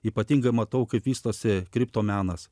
ypatinga matau kaip vystosi kriptų menas